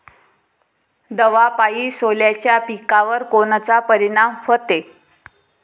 दवापायी सोल्याच्या पिकावर कोनचा परिनाम व्हते?